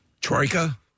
Troika